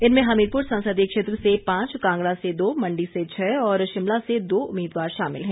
इनमें हमीरपुर संसदीय क्षेत्र से पांच कांगड़ा से दो मंडी से छः और शिमला से दो उम्मीदवार शामिल हैं